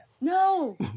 No